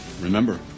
Remember